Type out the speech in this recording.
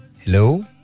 Hello